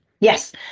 Yes